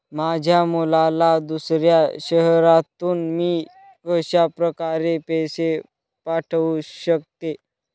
माझ्या मुलाला दुसऱ्या शहरातून मी कशाप्रकारे पैसे पाठवू शकते?